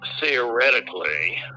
theoretically